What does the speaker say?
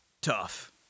tough